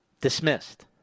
Dismissed